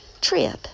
trip